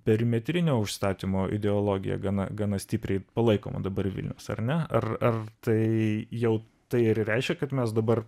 perimetrinio užstatymo ideologija gana gana stipriai palaikoma dabar vilniaus ar ne ar ar tai jau tai ir reiškia kad mes dabar